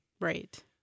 Right